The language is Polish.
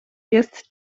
jest